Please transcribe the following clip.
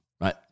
right